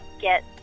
get